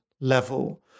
level